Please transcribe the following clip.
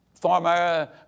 former